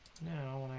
know